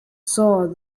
saw